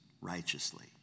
righteously